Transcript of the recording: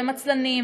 והם עצלנים,